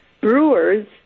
brewers